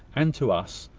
and to us,